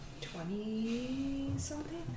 Twenty-something